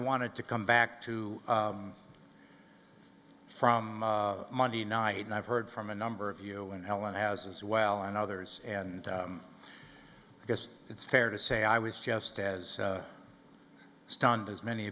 wanted to come back to from monday night and i've heard from a number of you and helen as well and others and i guess it's fair to say i was just as stunned as many